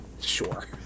Sure